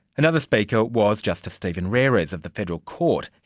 another speaker was justice steven rares of the federal court.